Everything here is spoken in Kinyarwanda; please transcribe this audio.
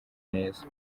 neza